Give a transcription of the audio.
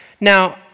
Now